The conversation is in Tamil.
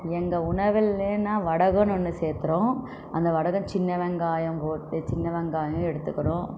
எங்கள் உணவிலன்னா வடகன்னு ஒன்று சேர்க்குறோம் அந்த வடகம் சின்ன வெங்காயம் போட்டு சின்ன வெங்காயம் எடுத்துக்கணும்